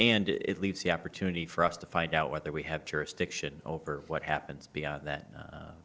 and it leaves the opportunity for us to find out whether we have jurisdiction over what happens beyond that